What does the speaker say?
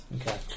Okay